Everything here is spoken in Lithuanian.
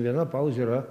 viena pauzė yra